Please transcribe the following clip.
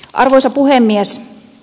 arvoisa puhemies